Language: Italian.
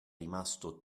rimasto